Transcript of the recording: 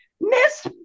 Miss